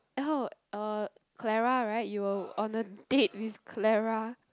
oh uh Clara right you were on a date with Clara